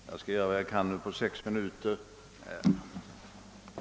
Herr talman! Jag skall göra vad jag kan på dessa sex minuter.